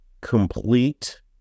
complete